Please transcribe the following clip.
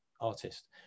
artist